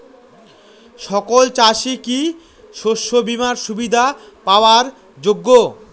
সকল চাষি কি শস্য বিমার সুবিধা পাওয়ার যোগ্য?